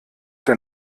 der